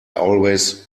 always